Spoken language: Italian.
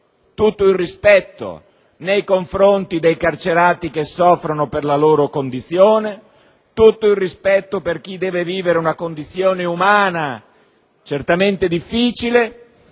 tutto il rispetto nei confronti dei carcerati che soffrono nella loro condizione; tutto il rispetto per chi deve vivere una condizione umana certamente difficile;